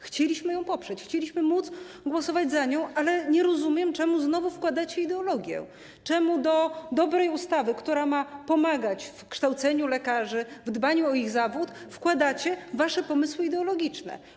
Chcieliśmy ją poprzeć, chcieliśmy móc głosować za nią, ale nie rozumiem, czemu znowu wkładacie ideologię, czemu do dobrej ustawy, która ma pomagać w kształceniu lekarzy, w dbaniu o ich zawód, wkładacie wasze pomysły ideologiczne.